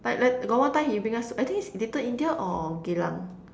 but like got one time he bring us I think it's Little-India or Geylang